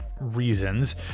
reasons